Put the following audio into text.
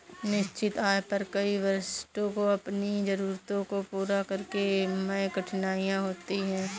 निश्चित आय पर कई वरिष्ठों को अपनी जरूरतों को पूरा करने में कठिनाई होती है